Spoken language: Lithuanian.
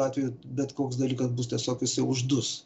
atveju bet koks dalykas bus tiesiog jisai uždus